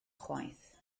chwaith